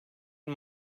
bir